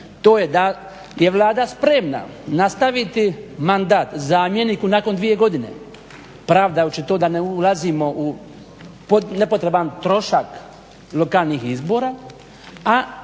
to je da je Vlada spremna nastaviti mandat zamjeniku nakon dvije godine pravdajući to da ne ulazimo u nepotreban trošak lokalnih izbora,